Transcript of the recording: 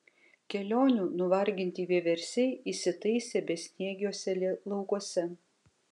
kelionių nuvarginti vieversiai įsitaisė besniegiuose laukuose